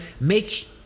make